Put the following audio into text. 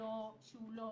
לא סביר,